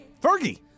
Fergie